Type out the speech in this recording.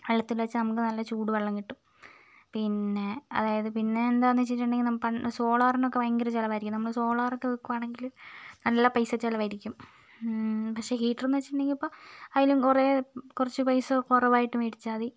വെള്ളത്തിൽ വച്ചാൽ നമുക്ക് നല്ല ചൂടുവെള്ളം കിട്ടും പിന്നെ അതായത് പിന്നെ എന്താണെന്ന് വച്ചിട്ടുണ്ടെങ്കിൽ സോളാറിനൊക്കെ ഭയങ്കര ചിലവായിരിക്കും നമ്മൾ സോളാറൊക്കെ വയ്ക്കുകയാണെങ്കിൽ നല്ല പൈസ ചിലവായിരിക്കും പക്ഷേ ഹീറ്റർ എന്നു വച്ചിട്ടുണ്ടെങ്കിൽ ഇപ്പം അതിലും കുറേ കുറച്ചു പൈസ കുറവായിട്ട് മേടിച്ചാൽ മതി